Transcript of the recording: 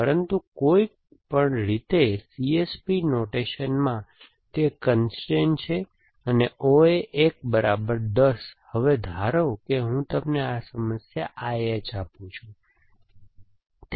પરંતુ કોઈપણ રીતે CSP નોટેશનમાં તે એક કન્સ્ટ્રેઇન છે અને OA 1 બરાબર 10 હવે ધારો કે હું તમને આ સમસ્યા IH આપું તે શું છે